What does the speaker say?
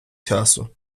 часу